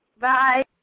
bye